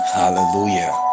hallelujah